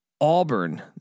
Auburn